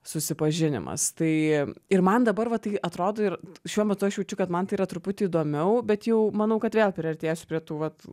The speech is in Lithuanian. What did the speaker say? susipažinimas tai ir man dabar va tai atrodo ir šiuo metu aš jaučiu kad man tai yra truputį įdomiau bet jau manau kad vėl priartėsiu prie tų vat